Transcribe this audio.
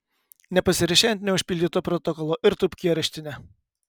nepasirašei ant neužpildyto protokolo ir tūpk į areštinę